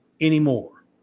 anymore